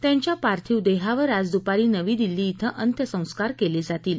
त्यांच्या पार्थिव देहावर आज दुपारी नवी दिल्ली थे अंत्यसंस्कार केले जातील